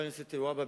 חבר הכנסת והבה,